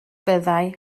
fyddai